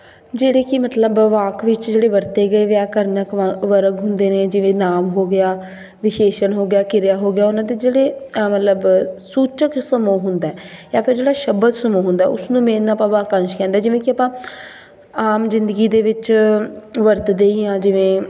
ਜਿਹੜੇ ਕਿ ਮਤਲਬ ਵਾਕ ਵਿੱਚ ਜਿਹੜੇ ਵਰਤੇ ਗਏ ਵਿਆਕਰਨਕ ਵ ਵਰਗ ਹੁੰਦੇ ਨੇ ਜਿਵੇਂ ਨਾਂਵ ਹੋ ਗਿਆ ਵਿਸ਼ੇੇਸ਼ਣ ਹੋ ਗਿਆ ਕਿਰਿਆ ਹੋ ਗਿਆ ਉਹਨਾਂ ਦੇ ਜਿਹੜੇ ਮਤਲਬ ਸੂਚਕ ਸਮੂਹ ਹੁੰਦਾ ਜਾਂ ਫਿਰ ਜਿਹੜਾ ਸ਼ਬਦ ਸਮੂਹ ਹੁੰਦਾ ਉਸਨੂੰ ਮੇਨ ਆਪਾਂ ਵਾਕੰਸ਼ ਕਹਿੰਦੇ ਜਿਵੇਂ ਕਿ ਆਪਾਂ ਆਮ ਜ਼ਿੰਦਗੀ ਦੇ ਵਿੱਚ ਵਰਤਦੇ ਹੀ ਹਾਂ ਜਿਵੇਂ